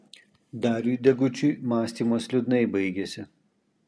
dariui degučiui mąstymas liūdnai baigėsi